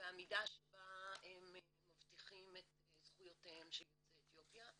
והמידה שבה הם מבטיחים את זכויותיהם של יוצאי אתיופיה,